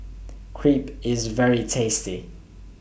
Crepe IS very tasty